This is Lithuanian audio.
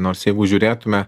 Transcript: nors jeigu žiūrėtume